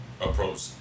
approach